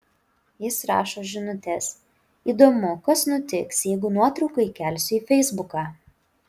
jis rašo žinutes įdomu kas nutiks jeigu nuotrauką įkelsiu į feisbuką